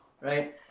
right